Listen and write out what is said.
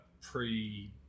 pre